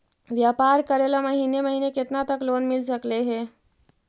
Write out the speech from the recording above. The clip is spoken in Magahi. व्यापार करेल महिने महिने केतना तक लोन मिल सकले हे?